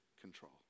control